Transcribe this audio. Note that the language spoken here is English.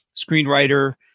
screenwriter